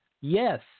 Yes